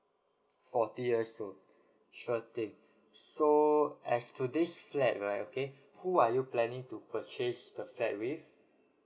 forty years old sure thing so as to this flat right okay who are you planning to purchase the flat with